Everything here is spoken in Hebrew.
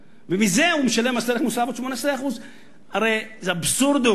ומזה הוא משלם מס ערך מוסף עוד 18%. הרי זה אבסורדום.